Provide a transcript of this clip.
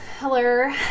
hello